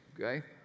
okay